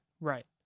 Right